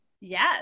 Yes